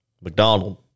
McDonald